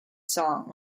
song